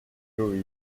joey